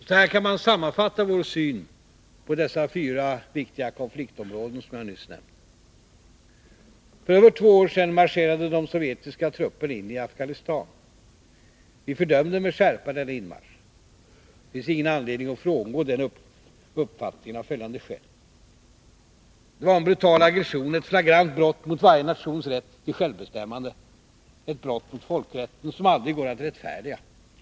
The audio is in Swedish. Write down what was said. Så här kan man sammanfatta vår syn på de fyra viktiga konfliktområden som jag just nämnt: För över två år sedan marscherade de sovjetiska trupperna in i Afghanistan. Vi fördömde med skärpa denna inmarsch. Det finns ingen anledning att frångå denna uppfattning, och skälen är följande. Den var en brutal aggression, ett flagrant brott mot varje nations rätt till självbestämmande, ett brott mot folkrätten som aldrig går att rättfärdiga.